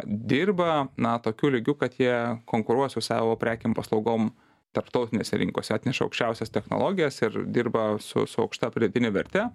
dirba na tokiu lygiu kad jie konkuruos su savo prekėm paslaugom tarptautinėse rinkose atneša aukščiausias technologijas ir dirba su su aukšta pridėtine verte